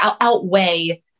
outweigh